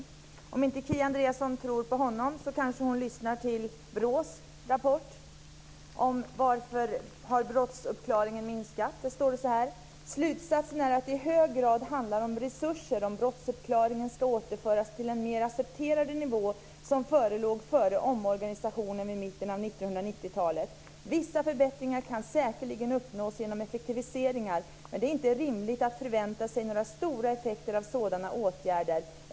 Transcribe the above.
Om inte Kia Andreasson tror på honom kanske hon lyssnar till BRÅ:s rapport om varför brottsuppklaringen har minskat. Där står det så här: Slutsatsen är att det i hög grad handlar om resurser om brottsuppklaringen ska återföras till en mer accepterad nivå, som förelåg före omorganisationen i mitten av 1990-talet. Vissa förbättringar kan säkerligen uppnås genom effektiviseringar, men det är inte rimligt att förvänta sig några stora effekter av sådana åtgärder.